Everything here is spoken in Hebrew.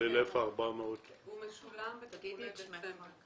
הוא משולם בתגמולי דצמבר.